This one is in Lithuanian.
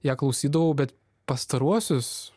ją klausydavau bet pastaruosius